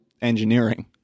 engineering